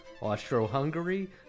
Austro-Hungary